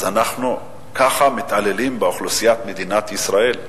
אז אנחנו ככה מתעללים באוכלוסיית מדינת ישראל.